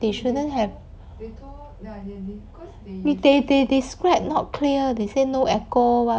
they shouldn't have they they describe not clear they say no echo what